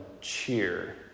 cheer